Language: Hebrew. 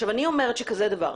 עכשיו אני אומרת כזה דבר,